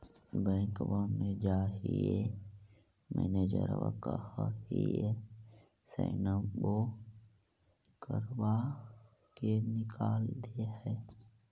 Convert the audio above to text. बैंकवा मे जाहिऐ मैनेजरवा कहहिऐ सैनवो करवा के निकाल देहै?